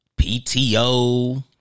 PTO